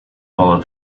follow